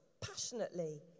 passionately